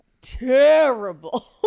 terrible